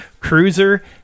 Cruiser